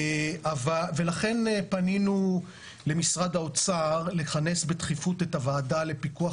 ולכן פנינו למשרד האוצר לכנס בדחיפות את הוועדה לפיקוח